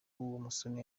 musoni